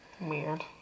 Weird